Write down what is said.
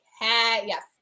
yes